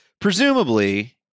presumably